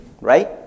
right